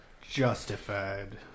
justified